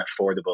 affordable